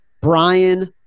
Brian